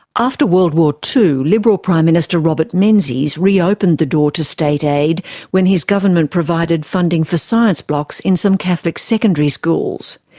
after wold war ii, liberal prime minister robert menzies reopened the door to state aid when his government provided funding for science blocks in some catholic secondary schools.